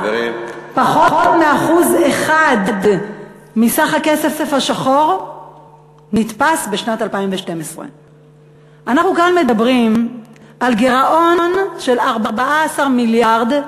פחות מ-1% מסך הכסף השחור שנתפס בשנת 2012. אנחנו כאן מדברים על גירעון של 14 מיליארד,